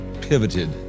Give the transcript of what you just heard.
pivoted